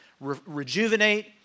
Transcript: rejuvenate